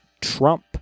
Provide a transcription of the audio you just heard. Trump